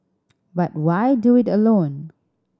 but why do it alone